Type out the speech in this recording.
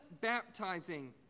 baptizing